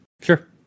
sure